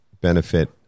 benefit